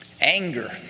Anger